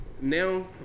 now